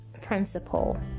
principle